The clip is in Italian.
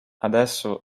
adesso